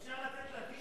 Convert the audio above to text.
אפשר לתת לה טישיו?